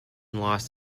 lost